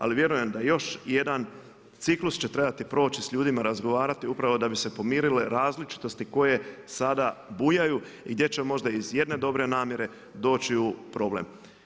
Ali vjerujem da još jedan ciklus će trebati proći, s ljudima razgovarati upravo da bi se pomirile različitosti koje sada bujaju i gdje ćemo možda iz jedne dobre namjere doći u problem.